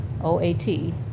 O-A-T